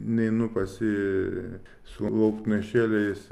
neinu pas jį su lauknešėliais